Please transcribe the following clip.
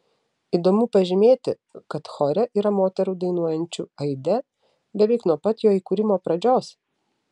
įdomu pažymėti kad chore yra moterų dainuojančių aide beveik nuo pat jo įkūrimo pradžios